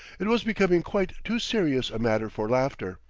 it was becoming quite too serious a matter for laughter.